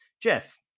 Jeff